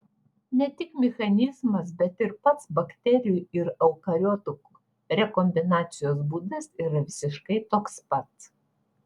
ne tik mechanizmas bet ir pats bakterijų ir eukariotų rekombinacijos būdas yra visiškai toks pat